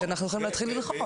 שאנחנו יכולים להתחיל ללחוץ.